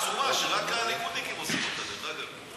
זו הצורה שרק הליכודניקים עושים אותה, דרך אגב.